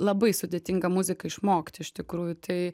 labai sudėtinga muzika išmokt iš tikrųjų tai